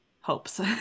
hopes